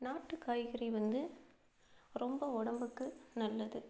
நாட்டுக்காய்கறி வந்து ரொம்ப உடம்புக்கு நல்லது